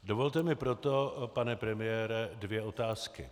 Dovolte mi proto, pane premiére, dvě otázky.